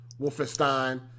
Wolfenstein